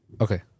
Okay